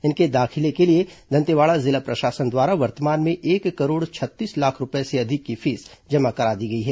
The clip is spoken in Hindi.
इनके दाखिले के लिए दंतेवाड़ा जिला प्रशासन द्वारा वर्तमान में एक करोड़ छत्तीस लाख रूपए से अधिक फीस जमा करा दी गई है